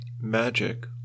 magic